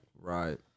Right